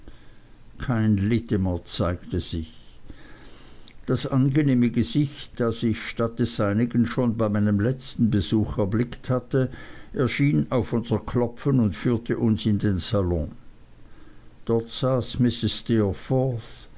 kein littimer zeigte sich das angenehme gesicht das ich statt des seinigen schon bei meinem letzten besuch erblickt hatte erschien auf unser klopfen und führte uns in den salon dort saß mrs